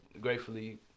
gratefully